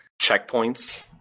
checkpoints